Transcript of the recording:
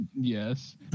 Yes